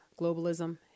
Globalism